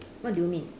what do you mean